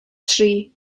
tri